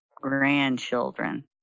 grandchildren